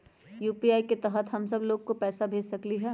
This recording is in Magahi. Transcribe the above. यू.पी.आई के तहद हम सब लोग को पैसा भेज सकली ह?